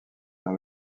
dans